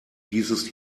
dieses